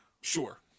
sure